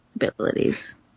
abilities